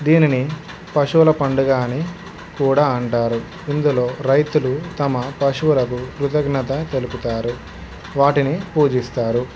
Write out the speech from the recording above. దీనిని పశువుల పండుగ అని కూడా అంటారు ఇందులో రైతులు తమ పశువులకు కృతజ్ఞత తెలుపుతారు వాటిని పూజిస్తారు